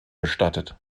bestattet